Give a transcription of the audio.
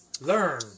learn